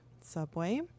subway